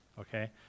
okay